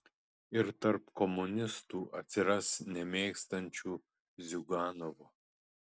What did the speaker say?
ir tarp komunistų atsiras nemėgstančių ziuganovo